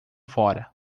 fora